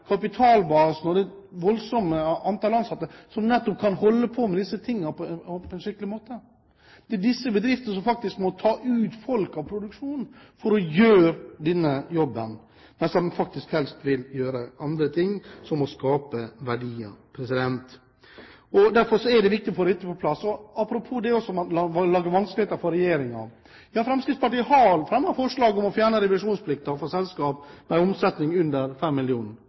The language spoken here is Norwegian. nettopp kan holde på med dette på en skikkelig måte. Det er disse bedriftene som må ta folk ut av produksjonen for å gjøre denne jobben, men som helst vil gjøre andre ting, som å skape verdier. Derfor er det viktig å få dette på plass. Apropos det å lage vanskeligheter for regjeringen: Fremskrittspartiet har fremmet forslag om å fjerne revisjonsplikten for selskaper med omsetning under